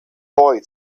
boy